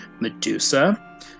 Medusa